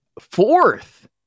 Fourth